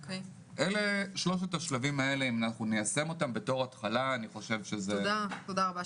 אם ניישם את שלושת השלבים האלה בתור התחלה --- תודה רבה,